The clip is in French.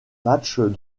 matchs